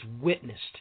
witnessed